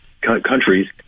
countries